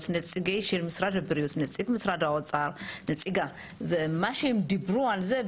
נציגים של משרד הבריאות נציגת משרד האוצר ומה שהם דיברו על זה?